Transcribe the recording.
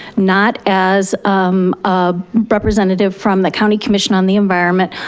not as a representative from the county commission on the environment,